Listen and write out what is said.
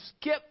skip